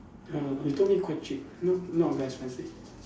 ya lor you told me quite cheap no not very expensive